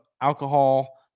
alcohol